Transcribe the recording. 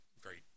great